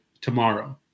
tomorrow